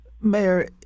Mayor